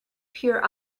pure